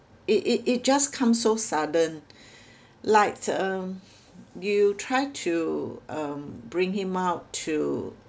it it it just come so sudden like um you try to um bring him out to